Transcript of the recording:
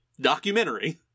documentary